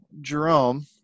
Jerome